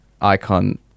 icon